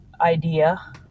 idea